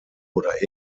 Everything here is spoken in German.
oder